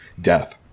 Death